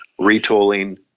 retooling